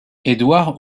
édouard